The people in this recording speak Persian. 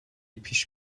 پیش